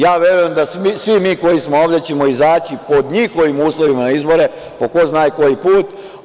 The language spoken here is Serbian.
Ja verujem da svi mi koji smo ovde ćemo izaći pod njihovim uslovima na izbore po ko zna koji put.